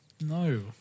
No